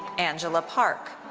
angela park.